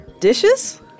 Dishes